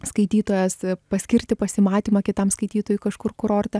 skaitytojas paskirti pasimatymą kitam skaitytojui kažkur kurorte